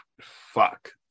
fuck